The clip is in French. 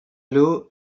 l’eau